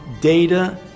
Data